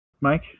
Mike